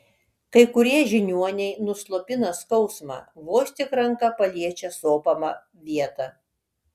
kai kurie žiniuoniai nuslopina skausmą vos tik ranka paliečia sopamą vietą